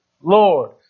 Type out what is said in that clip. Lord